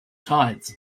tides